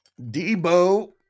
Debo